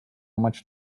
much